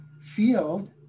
field